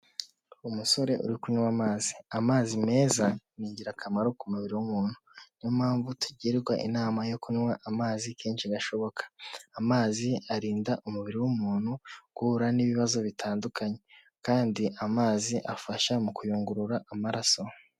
Umusore uri kunywa amazi, amazi meza ni ingirakamaro ku mubiri w'umuntu, niyo mpamvu tugirwa inama yo kunywa amazi kenshi gashoboka, amazi arinda umubiri w'umuntu guhura n'ibibazo bitandukanye kandi amazi afasha mu kuyungurura amaraso.